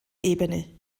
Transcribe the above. ebene